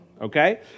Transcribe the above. okay